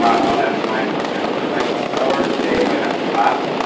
um i'll have my project advice office hour today right after class.